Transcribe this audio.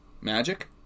Magic